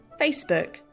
Facebook